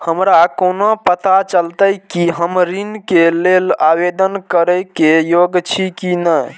हमरा कोना पताा चलते कि हम ऋण के लेल आवेदन करे के योग्य छी की ने?